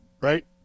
right